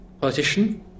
politician